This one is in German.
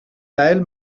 teil